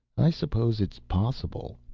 i suppose it's possible.